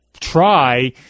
Try